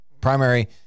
primary